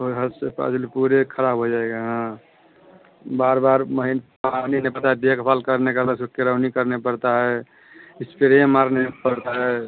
पूरे खराब हो जाएगा हाँ बार बार पानी नहीं पाता है देखभाल करने का बस वह किरौनी करनी पड़ती है इस्प्रे मारना पड़ता है